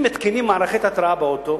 אם מתקינים מערכת התרעה באוטו,